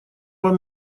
вам